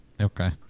Okay